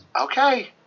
okay